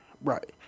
Right